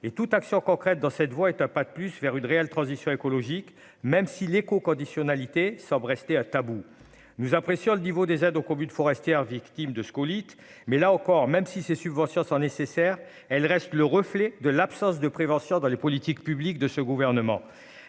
et toute action concrète dans cette voie est un pas de plus vers une réelle transition écologique, même si l'éco-conditionnalité Saab rester à tabou nous impressions, le niveau des aides aux communes forestières, victime de scolytes, mais là encore, même si ces subventions sont nécessaires, elle reste le reflet de l'absence de prévention dans les politiques publiques de ce gouvernement,